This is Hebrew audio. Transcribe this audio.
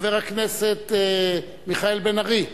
חבר הכנסת מיכאל בן-ארי.